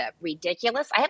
ridiculous